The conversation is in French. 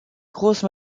grosses